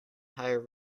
hire